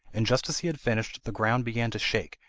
and just as he had finished, the ground began to shake,